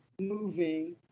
moving